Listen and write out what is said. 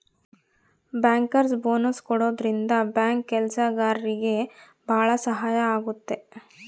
bankers bonus ಕೊಡೋದ್ರಿಂದ bank ಕೆಲ್ಸಗಾರ್ರಿಗೆ ಭಾಳ ಸಹಾಯ ಆಗುತ್ತೆ